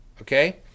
Okay